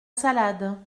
salade